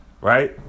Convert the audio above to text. Right